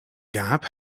gap